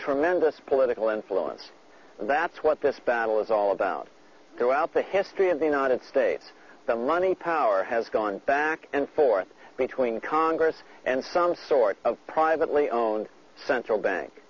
tremendous political influence and that's what this battle is all about go out the history of the united states the money power has gone back and forth between congress and some sort of privately owned central bank